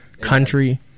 country